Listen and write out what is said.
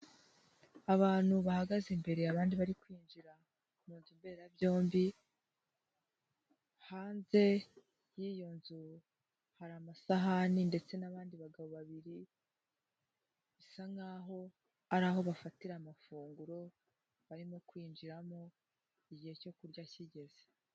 Abantu bahagaze imbere abandi bari kwinjira ku ma nzu mbera byombi hanze y'iyo nzu hari amasahani ndetse n'abandi bagabo babiri bisa nk'aho ari aho bafatira amafunguro barimo kwinjiramo igihe cyo kurya kigeze.